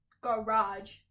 garage